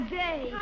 day